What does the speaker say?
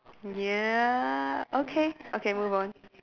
ya okay okay move on